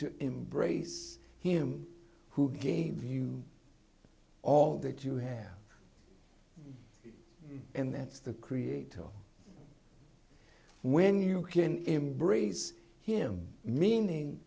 to embrace him who gave you all that you have and that's the creator when you can embrace him meaning